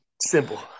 simple